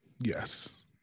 Yes